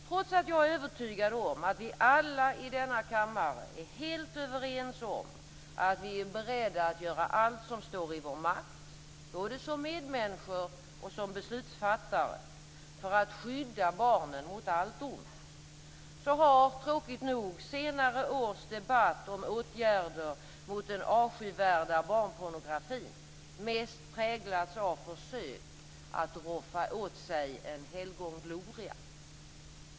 Trots att jag är övertygad om att vi alla i denna kammare är helt överens om att vi är beredda att göra allt som står i vår makt, både som medmänniskor och som beslutsfattare, för att skydda barnen mot allt ont, har tråkigt nog senare års debatt om åtgärder mot den avskyvärda barnpornografin mest präglats av försök att roffa åt sig en helgongloria.